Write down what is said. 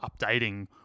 updating